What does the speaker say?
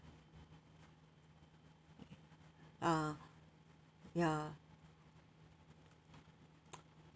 ah ya